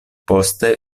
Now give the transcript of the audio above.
poste